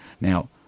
Now